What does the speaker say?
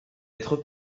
être